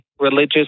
religious